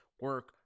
Work